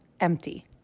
empty